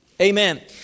Amen